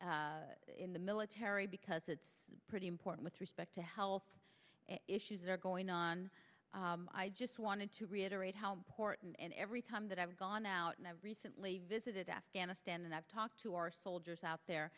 do in the military because it's pretty important with respect to health issues that are going on i just wanted to reiterate how important and every time that i've gone out and i've recently visited afghanistan and i've talked to our soldiers out there